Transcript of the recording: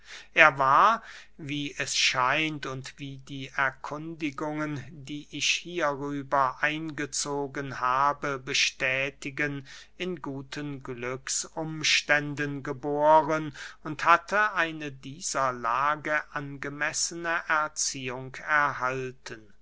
er war wie es scheint und wie die erkundigungen die ich hierüber eingezogen habe bestätigen in guten glücksumständen geboren und hatte eine dieser lage angemessene erziehung erhalten